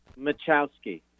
Machowski